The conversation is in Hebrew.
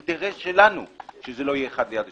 אינטרס שלנו שזה לא יהיה אחד ליד השני,